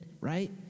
right